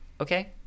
Okay